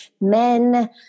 men